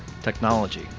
technology